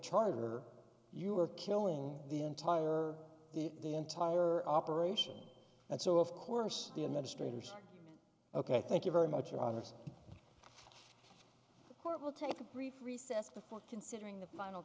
charter you are killing the entire the entire operation and so of course the administrators ok thank you very much your honor the court will take a brief recess before considering the final